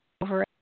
over